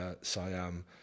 Siam